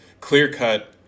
Clear-cut